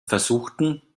versuchten